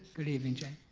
good evening jane.